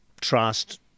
trust